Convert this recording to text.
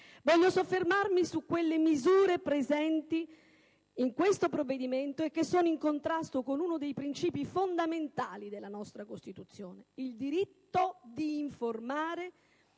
Mi soffermerò su quelle misure presenti nel provvedimento che sono in contrasto con uno dei principi fondamentali della nostra Costituzione: il diritto di informare